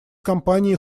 компании